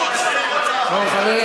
חברים,